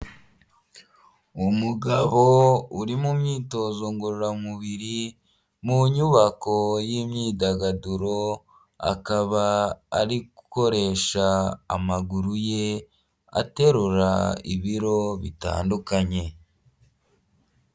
Umugabo uri mu myitozo ngororamubiri mu nyubako y'imyidagaduro, akaba arigukoresha amaguru ye, aterura ibiro bitandukanye.